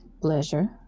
Pleasure